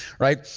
right?